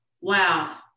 Wow